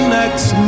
next